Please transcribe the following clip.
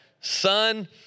Son